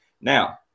Now